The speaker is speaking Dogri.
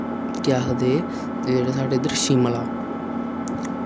केह् आखदे एह् जेह्ड़े साढ़े इद्धर शिमला